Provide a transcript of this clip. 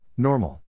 Normal